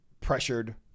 pressured